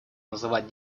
называть